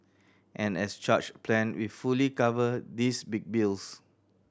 an as charged plan will fully cover these big bills